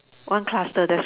one cluster that's